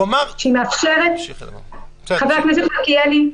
הוא אמר --- חבר הכנסת מלכיאלי,